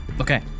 Okay